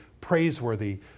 praiseworthy